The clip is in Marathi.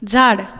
झाड